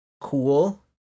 cool